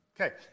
Okay